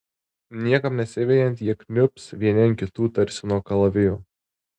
niekam nesivejant jie kniubs vieni ant kitų tarsi nuo kalavijo